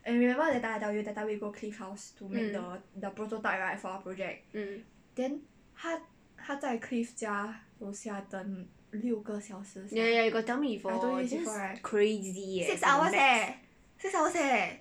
mm mm ya ya ya you got tell me before crazy